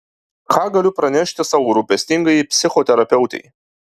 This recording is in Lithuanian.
ką galiu pranešti savo rūpestingajai psichoterapeutei